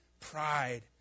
Pride